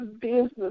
business